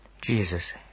Jesus